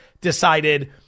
decided